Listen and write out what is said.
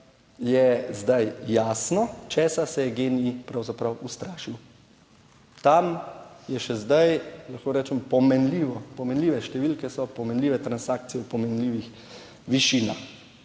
je zdaj jasno, česa se je GEN-I pravzaprav ustrašil. Tam je še zdaj, lahko rečem, pomenljivo, pomenljive številke so, pomenljive transakcije v pomenljivih višinah.